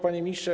Panie Ministrze!